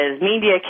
media